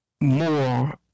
more